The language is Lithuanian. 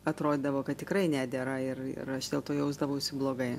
atrodydavo kad tikrai nedera ir ir dėl to jausdavausi blogai